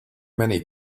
many